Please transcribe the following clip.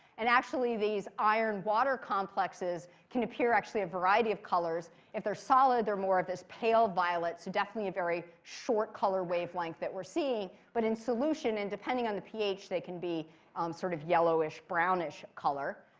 and, actually, these iron water complexes can appear actually a variety of colors. if they're solid, they're more of this pale violet. so definitely a very short color wavelength that we're seeing. but in solution, and depending on the ph, they can be sort of yellowish, brownish color.